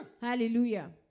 Hallelujah